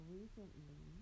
recently